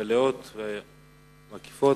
אני מודה לאדוני סגן השר על התשובות המלאות והמקיפות.